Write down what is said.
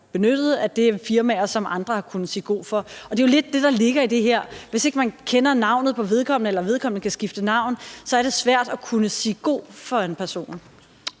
benyttede, var firmaer, som andre har kunnet sige god for, og det er jo lidt af det, der ligger i det her. Hvis ikke man kender navnet på vedkommende eller vedkommende kan skifte navn, er det svært at kunne sige god for en person.